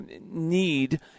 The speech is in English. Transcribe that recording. need